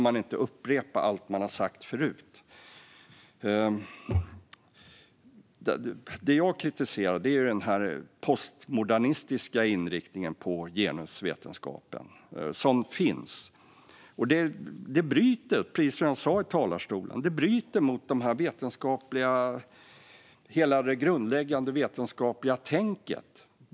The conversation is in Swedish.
Men det jag kritiserar är den postmodernistiska inriktningen på genusvetenskapen. Som jag sa i talarstolen bryter det mot hela det grundläggande vetenskapliga tänket.